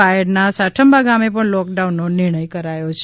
બાયડ ના સાઠન્બા ગમે પણ લોક ડાઉન નો નિર્ણય કર્યો છે